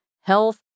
Health